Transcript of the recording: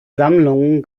sammlungen